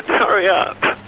hurry up.